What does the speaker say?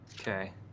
Okay